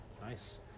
Nice